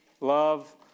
love